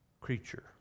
creature